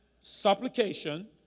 supplication